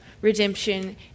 redemption